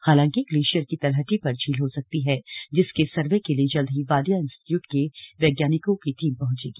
हालांकि ग्लेश्यिर की तलहटी पर झील हो सकती है जिसके सर्वे के लिए जल्द ही वाडिया इन्सटीटयूट के वैज्ञानिकों की टीम पहुंचेगी